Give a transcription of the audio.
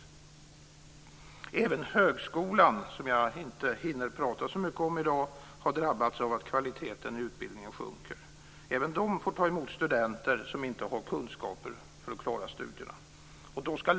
Fru talman! Även högskolan, som jag inte hinner säga så mycket om i dag, har drabbats av att kvaliteten i utbildningen sjunker. Även högskolan får ta emot studenter som inte har kunskaper för att klara studierna.